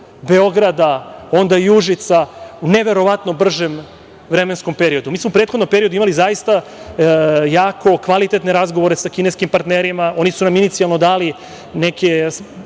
Beograda, onda i Užica u neverovatno bržem vremenskom periodu. Mi smo u prethodnom periodu imali zaista jako kvalitetne razgovore sa kineskim partnerima. Oni su nam inicijalno dali neke